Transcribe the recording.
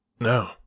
No